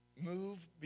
move